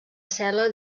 cel·la